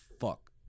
fuck